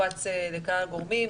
הופץ לכמה גורמים,